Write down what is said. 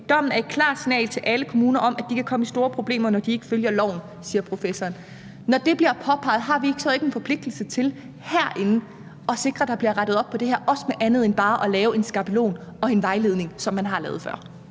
Dommen er et klart signal til alle kommuner om, at de kan komme i store problemer, når de ikke følger loven«, siger professoren. Når det bliver påpeget, har vi så ikke en forpligtelse herinde til at sikre, at der bliver rettet op på det her, også med andet end bare at lave en skabelon og en vejledning, som man har lavet før?